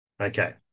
Okay